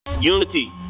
Unity